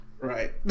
Right